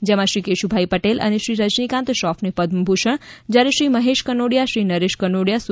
જેમાં શ્રી કેશુભાઈ પટેલ અને શ્રી રજનીકાન્ત શ્રોફને પદમભૂષણ જયારે શ્રી મહેશ કનોડીયા શ્રી નરેશ કનોડીયા સુ